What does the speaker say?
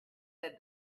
said